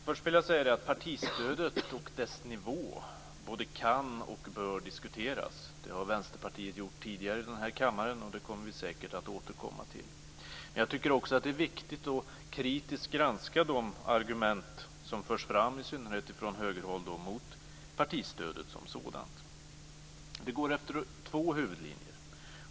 Först vill jag säga att partistödet och dess nivå både kan och bör diskuteras. Det har Vänsterpartiet gjort tidigare i den här kammaren, och det kommer vi säkert att återkomma till. Men jag tycker också att det är viktigt att kritiskt granska de argument som förs fram i synnerhet från högerhåll mot partistödet som sådant. Det finns två huvudlinjer.